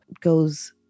goes